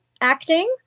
acting